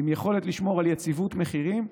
עם יכולת לשמור על יציבות מחירים,